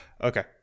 Okay